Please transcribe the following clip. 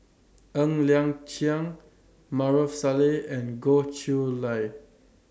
Ng Liang Chiang Maarof Salleh and Goh Chiew Lye